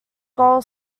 goal